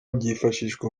byifashishwa